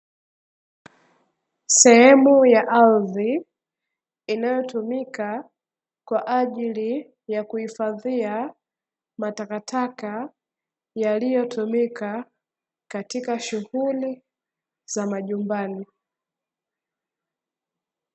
Sehemu ya ardhi inayotumika kwaajili ya kuhifadhia matakataka yaliyotumika katika shughuli za majumbani.